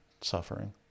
suffering